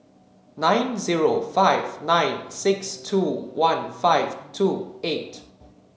nine zero five nine six two one five two eight